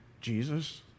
Jesus